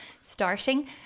starting